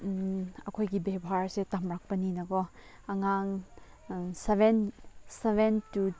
ꯑꯩꯈꯣꯏꯒꯤ ꯕꯦꯚꯥꯔꯁꯦ ꯇꯝꯂꯛꯄꯅꯤꯅꯀꯣ ꯑꯉꯥꯡ ꯁꯕꯦꯟ ꯁꯕꯦꯟ ꯇꯨ